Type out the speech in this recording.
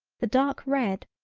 the dark red,